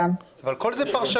כל זה עניין של פרשנות.